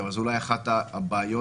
אבל אנחנו בהחלט מדברים על מאות ואלפים.